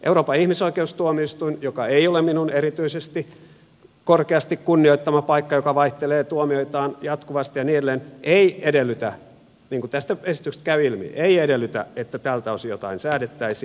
euroopan ihmisoikeustuomioistuin joka ei ole minun erityisesti korkeasti kunnioittamani paikka ja joka vaihtelee tuomioitaan jatkuvasti ja niin edelleen ei edellytä niin kuin tästä esityksestä käy ilmi että tältä osin jotain säädettäisiin